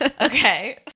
okay